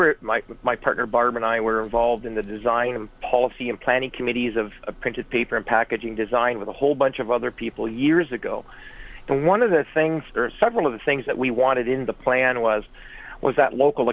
were my partner barb and i were involved in the design of policy and plenty committees of printed paper and packaging design with a whole bunch of other people years ago and one of the things or several of the things that we wanted in the plan was was that local